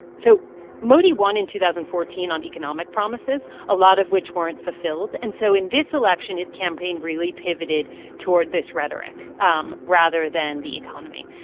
so modi won in two thousand and fourteen on economic promises, a lot of which weren't fulfilled. and so in this election, his campaign really pivoted toward this rhetoric um rather than the economy.